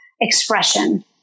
expression